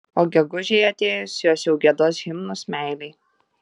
o gegužei atėjus jos jau giedos himnus meilei